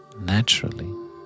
naturally